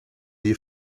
your